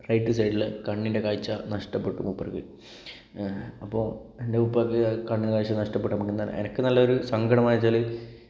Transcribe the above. right സൈഡിലെ കണ്ണിന്റെ കാഴ്ച നഷ്ടപ്പെട്ടു മൂപ്പർക്ക് അപ്പോൾ എൻ്റെ ഉപ്പക്ക് കണ്ണ് കാഴ്ച നഷ്ടപ്പെട്ടു അപ്പോൾ നമ്മൾ എനിക്ക് നല്ല ഒരു സങ്കടമായെന്ന് വെച്ചാല്